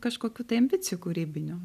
kažkokių tai ambicijų kūrybinių